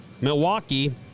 Milwaukee